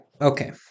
okay